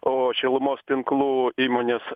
o šilumos tinklų įmonės